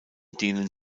denen